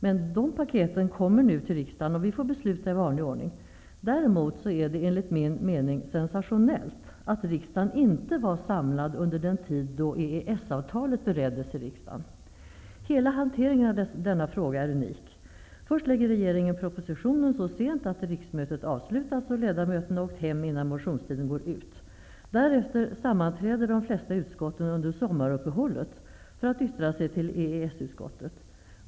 Men de paketen kommer nu till riksdagen, och vi får besluta i vanlig ordning. Däremot är det enligt min mening sensationellt att riksdagen inte var samlad under den tid då EES Hela hanteringen av denna fråga är unik. Först lägger regeringen fram propositionen så sent att riksmötet avslutats och ledamöterna åkt hem innan motionstiden går ut. Därefter sammanträder de flesta utskott under sommaruppehållet för att yttra sig till EES-utskottet.